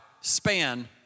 span